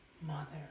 Mother